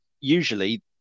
usually